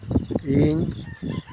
ᱤᱧ